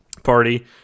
party